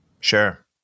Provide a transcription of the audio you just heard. Sure